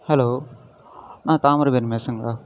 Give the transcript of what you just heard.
hello நான் தாமரபரணி பேசுகிறேன் bro